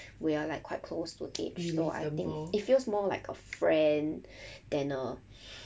we are like quite close to gauge lor I think it feels more like a friend than a